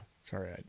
Sorry